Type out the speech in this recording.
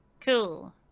Cool